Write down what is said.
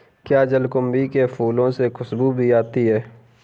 क्या जलकुंभी के फूलों से खुशबू भी आती है